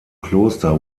kloster